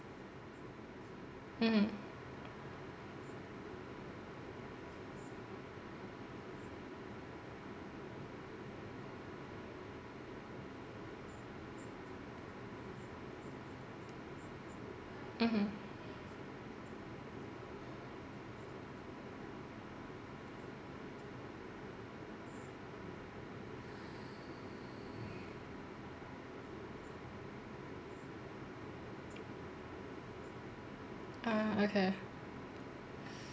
mmhmm mmhmm ah okay